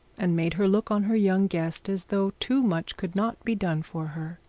and made her look on her young guest as though too much could not be done for her.